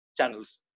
channels